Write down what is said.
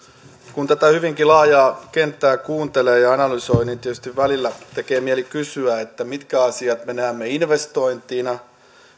kun tätä hyvinkin laajaa kenttää kuuntelee ja analysoi niin tietysti välillä tekee mieli kysyä mitkä asiat me näemme investointeina